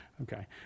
Okay